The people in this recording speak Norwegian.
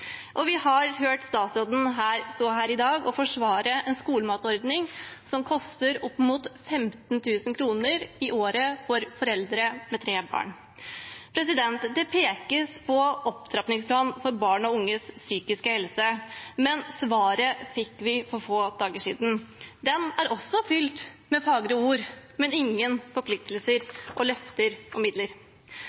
har i dag hørt statsråden stå her og forsvare en skolematordning som koster opp mot 15 000 kr i året for foreldre med tre barn. Det pekes på Opptrappingsplan for barn og unges psykiske helse, men svaret fikk vi for få dager siden. Den er også fylt med fagre ord, men ingen forpliktelser eller løfter om midler.